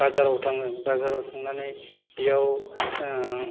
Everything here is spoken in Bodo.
बाजाराव थाङो बाजाराव थांनानै बेयाव ओ